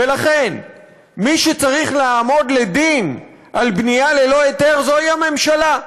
ולכן מי שצריך לעמוד לדין על בנייה ללא היתר זה הממשלה,